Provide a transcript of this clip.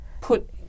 put